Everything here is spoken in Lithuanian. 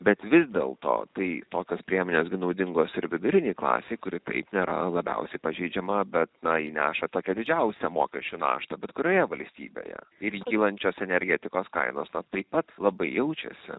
bet vis dėlto kai tokios priemonės gi naudingos ir vidurinei klasei kuri taip nėra labiausiai pažeidžiama bet na ji neša tokią didžiausią mokesčių naštą bet kurioje valstybėje ir kylančios energetikos kainos na taip pat labai jaučiasi